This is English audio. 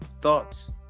thoughts